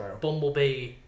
Bumblebee